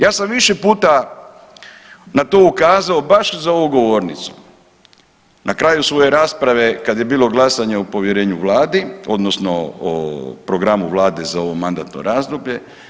Ja sam više puta na to ukazao baš za ovom govornicom na kraju svoje rasprave kad je bilo glasanje o povjerenju Vladi, odnosno o programu Vlade za ovo mandatno razdoblje.